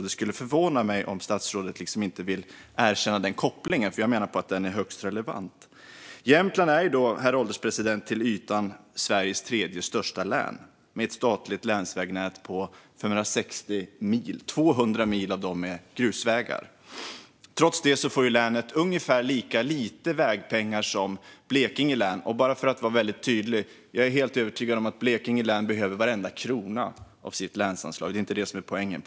Det skulle förvåna mig om statsrådet inte vill erkänna den kopplingen, för jag menar att den är högst relevant. Jämtlands län är, herr ålderspresident, Sveriges till ytan tredje största län med ett statligt länsvägnät på 560 mil. Av dessa är 200 mil grusvägar. Trots det får länet ungefär lika lite vägpengar som Blekinge län. Och bara för att vara väldigt tydlig: Jag är helt övertygad om att Blekinge län behöver varenda krona av sitt länsanslag. Det är inte det som är poängen.